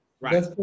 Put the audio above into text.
Right